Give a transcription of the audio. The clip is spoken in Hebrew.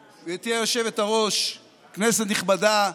היושבת-ראש, כנסת נכבדה,